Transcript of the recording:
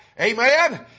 Amen